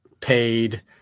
paid